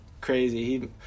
crazy